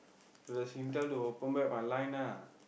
to the Singtel to open back my line ah